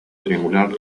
triangular